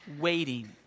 waiting